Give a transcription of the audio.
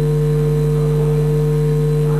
לא